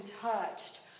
touched